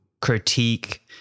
critique